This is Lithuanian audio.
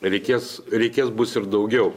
reikės reikės bus ir daugiau